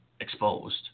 exposed